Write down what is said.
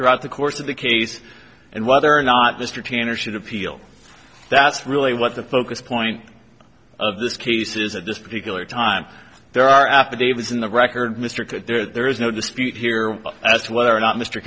throughout the course of the case and whether or not mr tanner should appeal that's really what the focus point of this case is at this particular time there are affidavits in the record mr could there's no dispute here as to whether or not mr